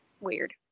weird